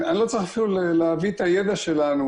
אפילו אני לא צריך להביא את הידע שלנו.